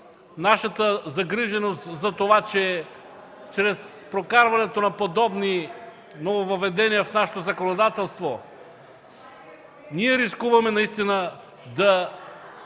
нашата загриженост, че чрез прокарването на подобни нововъведения в нашето законодателство рискуваме да